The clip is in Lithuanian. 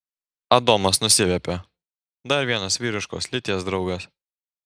adomas nusiviepė dar vienas vyriškos lyties draugas